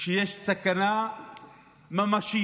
יש סכנה ממשית